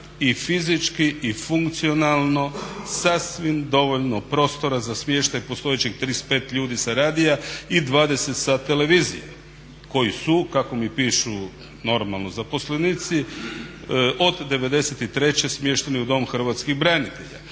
i fizički i funkcionalno sasvim dovoljno prostora za smještaj postojećih 35 ljudi sa radija i 20 sa televizije koji su kako mi pišu normalno zaposlenici od '93. smješteni u Dom hrvatskih branitelja.